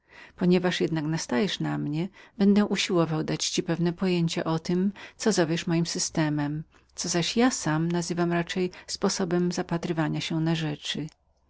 ponieważ jednak nastajesz na mnie będę usiłował dać ci pewne pojęcie o tem co zowiesz moim systemem co zaś ja sam nazywam raczej sposobem zapatrywania się na rzeczy